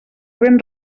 ben